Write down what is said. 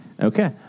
Okay